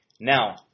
Now